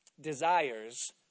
desires